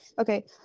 Okay